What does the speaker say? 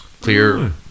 Clear